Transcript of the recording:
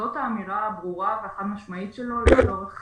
זאת האמירה הברורה והחד משמעית שלו לצורך